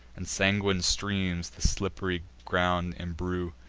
and sanguine streams the slipp'ry ground embrue.